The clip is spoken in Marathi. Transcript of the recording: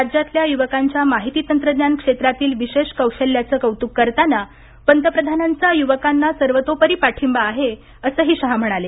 राज्यातल्या युवकांच्या माहिती तंत्रज्ञान क्षेत्रातील विशेष कौशल्याचं कौतुक करताना पंतप्रधानांचा युवकांना सर्वतोपरी पाठींबा आहे असंही शहा म्हणाले